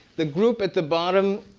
the group at the bottom,